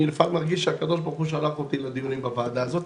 אני לפעמים מרגיש שהקדוש ברוך הוא שלח אותי לדיונים בוועדה הזאת,